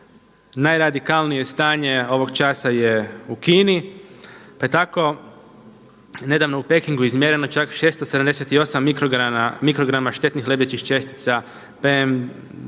Najradikalnije stanje ovog časa je u Kini. Pa je tako nedavno u Pekingu izmjereno čak 678 mikrograma štetnih lebdećih čestica PN2,5